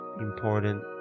important